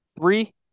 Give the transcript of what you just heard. Three